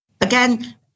Again